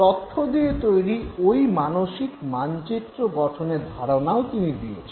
তথ্য দিয়ে তৈরি ঐ মানসিক মানচিত্র গঠনের ধারণাও তিনি দিয়েছেন